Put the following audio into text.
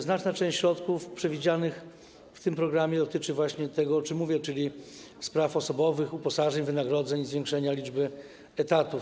Znaczna część środków przewidzianych w tym programie dotyczy tego, o czym mówię, czyli spraw osobowych, uposażeń, wynagrodzeń i zwiększenia liczby etatów.